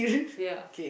ya